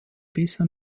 bisher